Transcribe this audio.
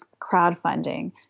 crowdfunding